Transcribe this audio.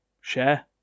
share